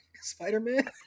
Spider-Man